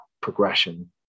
progression